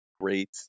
great